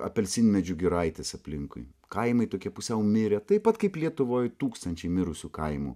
apelsinmedžių giraitės aplinkui kaimai tokie pusiau mirę taip pat kaip lietuvoj tūkstančiai mirusių kaimų